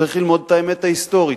צריך ללמוד את האמת ההיסטורית.